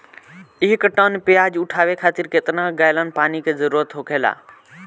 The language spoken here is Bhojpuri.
एक टन प्याज उठावे खातिर केतना गैलन पानी के जरूरत होखेला?